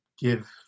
give